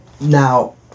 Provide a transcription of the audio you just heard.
Now